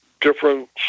different